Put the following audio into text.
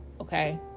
okay